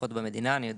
לפחות במדינה אני יודע,